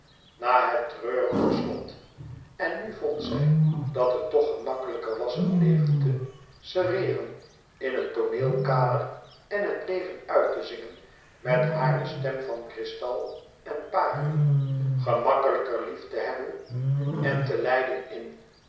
na het treurige slot en nu vond zij dat het toch gemakkelijker was het leven te serreeren in een tooneelkader en het leven uit te zingen met hare stem van kristal en parelen gemakkelijker lief te hebben en te lijden in